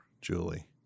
Julie